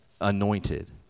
Anointed